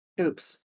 Oops